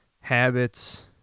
habits